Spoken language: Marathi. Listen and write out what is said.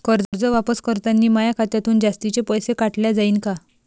कर्ज वापस करतांनी माया खात्यातून जास्तीचे पैसे काटल्या जाईन का?